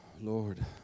Lord